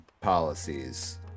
policies